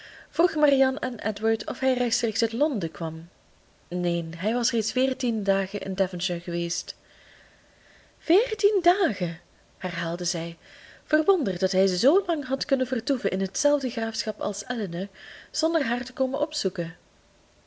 vroeg marianne aan edward of hij rechtstreeks uit londen kwam neen hij was reeds veertien dagen in devonshire geweest veertien dagen herhaalde zij verwonderd dat hij zoolang had kunnen vertoeven in hetzelfde graafschap als elinor zonder haar te komen opzoeken